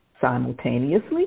simultaneously